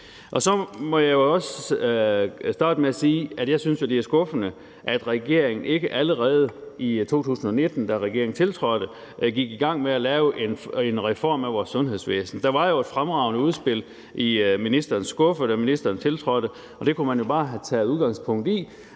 jeg også starte med at sige, at jeg jo synes, det er skuffende, at regeringen ikke allerede i 2019, da regeringen tiltrådte, gik i gang med at lave en reform af vores sundhedsvæsen. Der var jo et fremragende udspil i ministerens skuffe, da ministeren tiltrådte. Det kunne man jo bare have taget udgangspunkt i,